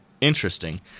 interesting